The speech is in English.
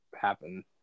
happen